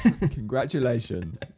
congratulations